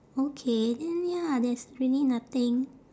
okay then ya there's really nothing